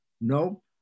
Nope